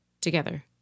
Together